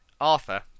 Arthur